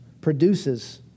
produces